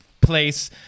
place